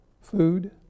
food